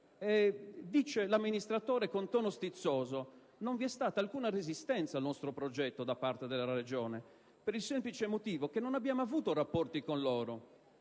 Dice l'amministratore con tono stizzoso: «Non vi è stata alcuna resistenza al nostro progetto da parte della Regione per il semplice motivo che non abbiamo avuto rapporti con loro.